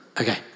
Okay